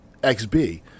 XB